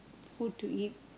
food to eat